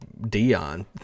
Dion